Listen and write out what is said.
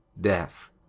death